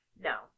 No